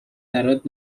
برات